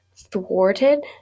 thwarted